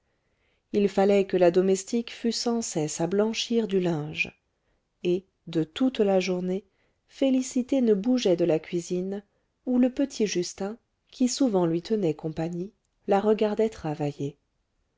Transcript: il fallait que la domestique fût sans cesse à blanchir du linge et de toute la journée félicité ne bougeait de la cuisine où le petit justin qui souvent lui tenait compagnie la regardait travailler